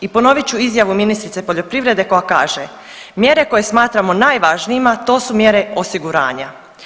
I ponovit ću izjavu ministrice poljoprivrede koja kaže, mjere koje smatramo najvažnijima, to su mjere osiguranja.